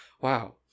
Wow